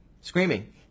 screaming